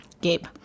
Gabe